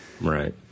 Right